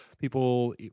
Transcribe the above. people